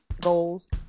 goals